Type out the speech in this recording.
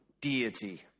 deity